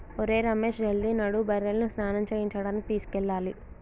ఒరేయ్ రమేష్ జల్ది నడు బర్రెలను స్నానం చేయించడానికి తీసుకెళ్లాలి